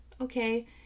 okay